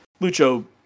Lucho